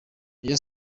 rayon